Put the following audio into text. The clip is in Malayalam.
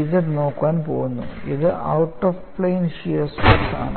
yz നോക്കാൻ പോകുന്നു ഇത് out of plane shear stress ആണ്